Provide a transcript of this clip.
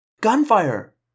Gunfire